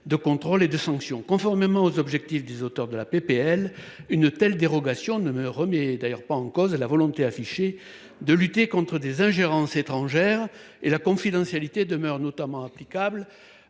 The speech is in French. de contrôle et de sanction. Conformément aux objectifs des auteurs de la proposition de loi, une telle dérogation ne remettrait pas en cause la volonté affichée de lutter contre les ingérences étrangères. La confidentialité demeurerait notamment applicable